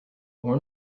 horn